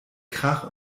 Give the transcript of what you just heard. krach